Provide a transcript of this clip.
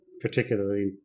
particularly